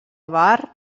bar